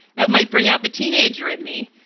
that might bring out the teenager in me.